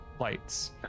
lights